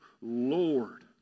Lord